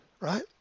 right